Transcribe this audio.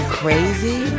crazy